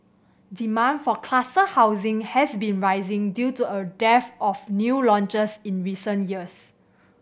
demand for cluster housing has been rising due to a dearth of new launches in recent years